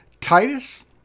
titus